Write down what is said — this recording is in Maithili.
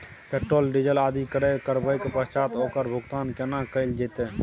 पेट्रोल, डीजल आदि क्रय करबैक पश्चात ओकर भुगतान केना कैल जेतै?